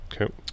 Okay